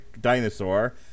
Dinosaur